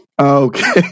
Okay